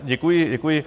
Děkuji, děkuji.